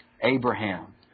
Abraham